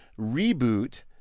reboot